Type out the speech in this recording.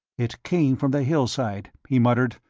it came from the hillside, he muttered.